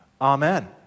Amen